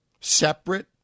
separate